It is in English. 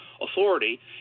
authority